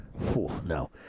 No